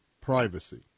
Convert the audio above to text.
privacy